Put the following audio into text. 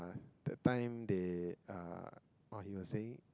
the time they uh while he was saying